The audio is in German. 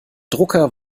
drucker